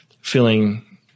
feeling